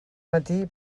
matí